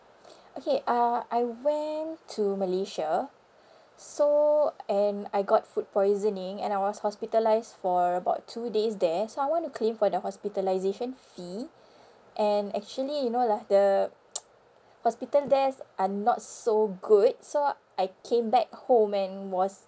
okay uh I went to malaysia so and I got food poisoning and I was hospitalised for about two days there so I want to claim for the hospitalisation fee and actually you know lah the hospital there are not so good so I came back home and was